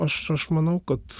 aš aš manau kad